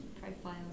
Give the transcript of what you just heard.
profiles